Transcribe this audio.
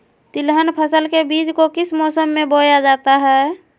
तिलहन फसल के बीज को किस मौसम में बोया जाता है?